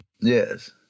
Yes